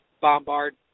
bombard